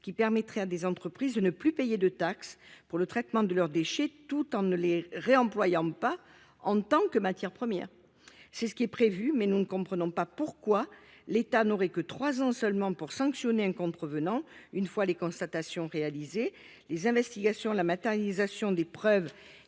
la part d'entreprises cherchant à ne plus payer de taxes pour le traitement de leurs déchets sans pour autant réemployer ces derniers en tant que matière première. C'est ce qui est prévu. Aussi, nous ne comprenons pas pourquoi l'État n'aurait que trois ans pour sanctionner un contrevenant. Une fois les constatations réalisées, les investigations, la matérialisation des preuves